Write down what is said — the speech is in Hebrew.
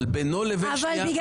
אבל הוא התקבל.